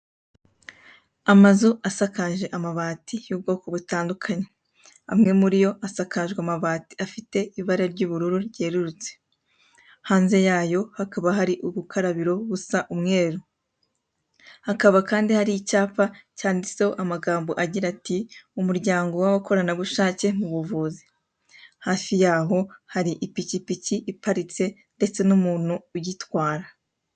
Amazu asakaje amabati y'ubwoko butandukanye, amwe muri yo asakajwe amabati afite ibara ry'ubururu ryerurutse. Hanze yayo hakaba hari ubukarabiro busa umweru, hakaba kandi hari icyapa cyanditseho amagambo agira ati: "umuryango w'abakoranabushake mu buvuzi". Hafi y'aho, hari ipikipiki iparitse, ndetse n'umuntu uyitwara.